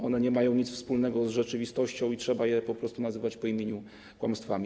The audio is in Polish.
One nie mają nic wspólnego z rzeczywistością i trzeba je po prostu nazywać po imieniu kłamstwami.